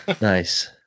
Nice